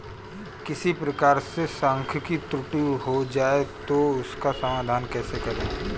किसी प्रकार से सांख्यिकी त्रुटि हो जाए तो उसका समाधान कैसे करें?